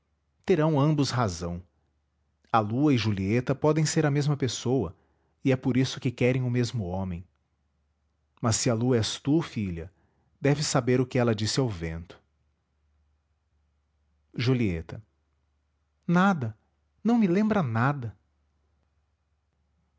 terão ambos razão a lua e julieta podem ser a mesma pessoa e é por isso que querem o mesmo homem mas se a lua és tu filha deves saber o que ela disse ao vento julieta nada não me lembra nada